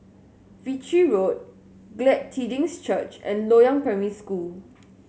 Ritchie Road Glad Tidings Church and Loyang Primary School